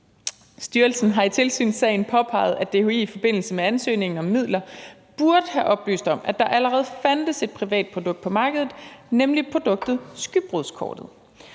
Styrelsen har i tilsynssagen påpeget, at DHI i forbindelse med ansøgningen om midler burde have oplyst om, at der allerede fandtes et privat produkt på markedet, nemlig produktet skybrudskortet.